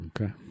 okay